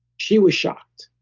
she was shocked.